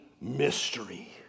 mystery